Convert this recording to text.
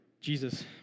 Jesus